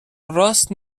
راست